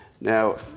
Now